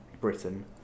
Britain